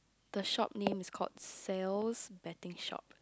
the short name is called Sales Bedding shop